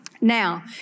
Now